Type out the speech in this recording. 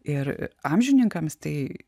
ir amžininkams tai